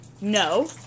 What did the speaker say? No